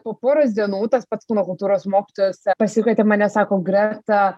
po poros dienų tas pats kūno kultūros mokytojas pasikvietė mane sako greta